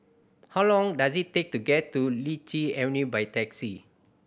how long does it take to get to Lichi Avenue by taxi